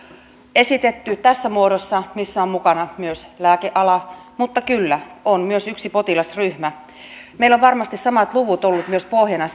esitetty tässä muodossa missä on mukana myös lääkeala mutta kyllä se on myös yksi potilasryhmä meillä ovat varmasti samat luvut olleet myös pohjana